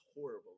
horrible